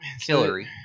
Hillary